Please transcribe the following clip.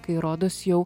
kai rodos jau